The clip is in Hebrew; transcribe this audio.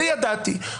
ידעתי את זה.